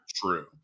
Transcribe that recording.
True